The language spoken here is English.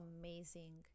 amazing